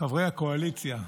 חברי הקואליציה,